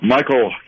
Michael